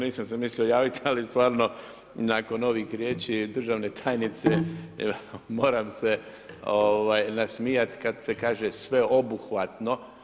Nisam se mislio javit, ali stvarno nakon ovih riječi državne tajnice moram se nasmijati kad se kaže sveobuhvatno.